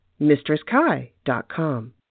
mistresskai.com